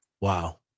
Wow